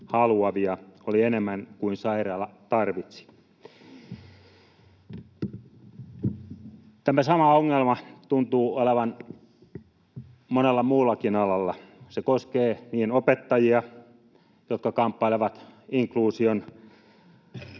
haluavia oli enemmän kuin sairaala tarvitsi. Tämä sama ongelma tuntuu olevan monella muullakin alalla. Se koskee opettajia, jotka kamppailevat inkluusion